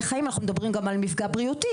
חיים אנחנו מדברים גם על מפגע בריאותי.